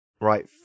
right